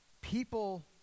people